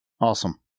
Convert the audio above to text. awesome